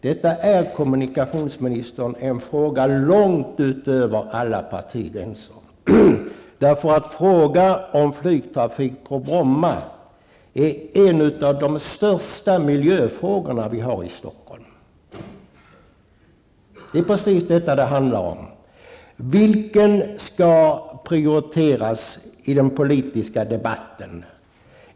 Detta är, kommunikationsministern, en fråga långt utöver alla partigränser. Frågan om flygtrafik på Bromma är en av de största miljöfrågor vi har i Stockholm. Det är precis detta det handlar om. Vad skall prioriteras i den politiska debatten?